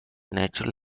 natural